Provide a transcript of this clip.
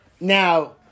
now